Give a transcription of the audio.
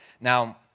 Now